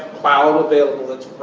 cloud available that's